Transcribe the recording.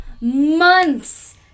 months